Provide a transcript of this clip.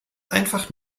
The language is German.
einfach